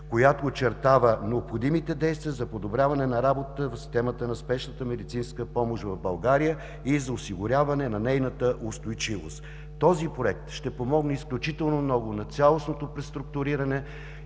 която очертава необходимите действия за подобряване на работата в системата на спешната медицинска помощ в България и за осигуряване на нейната устойчивост. Този проект ще помогне изключително много цялостното преструктуриране